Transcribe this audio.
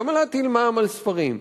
למה להטיל מע"מ על ספרים?